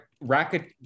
racket